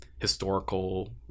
historical